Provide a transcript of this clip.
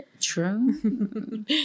True